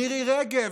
מירי רגב,